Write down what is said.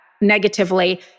negatively